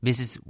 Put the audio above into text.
Mrs